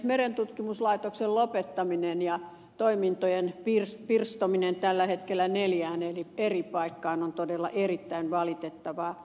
merentutkimuslaitoksen lopettaminen ja toimintojen pirstominen tällä hetkellä neljään eri paikkaan on todella erittäin valitettavaa